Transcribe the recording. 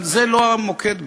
אבל זה לא המוקד בעיני.